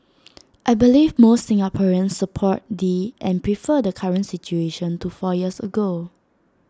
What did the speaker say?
I believe most Singaporeans support the and prefer the current situation to four years ago